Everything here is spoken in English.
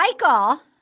Michael